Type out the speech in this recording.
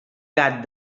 gat